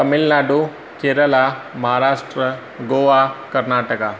Tamil Nadu Kerala Maharashtra Goa Karnataka